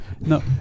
no